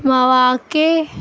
مواقع